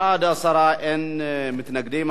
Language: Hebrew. בעד, 10, אין מתנגדים.